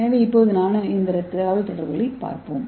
எனவே இப்போது நானோ இயந்திர தகவல்தொடர்புகளைப் பார்ப்போம்